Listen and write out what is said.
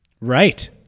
Right